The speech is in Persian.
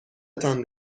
تان